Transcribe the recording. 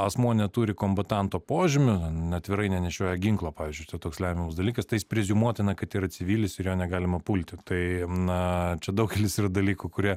asmuo neturi kombutanto požymių atvirai nenešioja ginklo pavyzdžiui čia toks lemiamas dalykas tai jis preziumuotina kad yra civilis ir jo negalima pulti tai na čia daugelis dalykų kurie